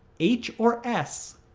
h, or s,